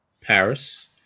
Paris